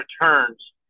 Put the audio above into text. returns